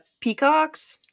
peacocks